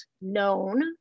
known